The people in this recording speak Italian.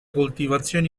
coltivazioni